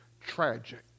tragic